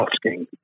asking